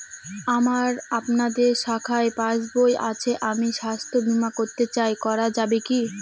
আমার আপনাদের শাখায় পাসবই আছে আমি স্বাস্থ্য বিমা করতে চাই করা যাবে কি?